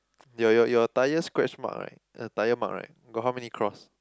your your your tyre scratch mark right the tyre mark right got how many cross